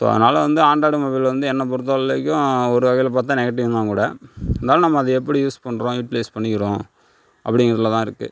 so அதனால வந்து Android mobile வந்து என்னை பொருத்தவரைக்கும் ஒரு வகையில் பார்த்தா நெகட்டிவ்தான் கூட இருந்தாலும் அதை நம்ம எப்படி யூஸ் பண்ணுறோம் யூடிலைஸ் பண்ணிக்கிறோம் அப்படிங்குறதுலதான் இருக்குது